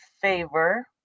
favor